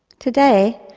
today,